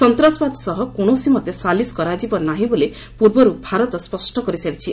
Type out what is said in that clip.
ସନ୍ତାସବାଦ ସହ କୌଣସିମତେ ସାଲିସ୍ କରାଯିବ ନାହିଁ ବୋଲି ପୂର୍ବରୁ ଭାରତ ସ୍ୱଷ୍ଟ କରିସାରିଛି